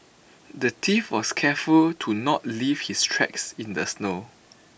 the thief was careful to not leave his tracks in the snow